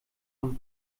von